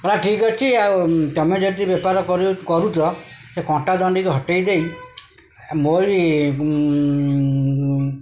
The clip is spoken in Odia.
ହେଲା ଠିକ୍ ଅଛି ଆଉ ତମେ ଯଦି ବେପାର କରୁଛ ସେ କଣ୍ଟା ଦଣ୍ଡିକି ହଟେଇ ଦେଇ ମୋରି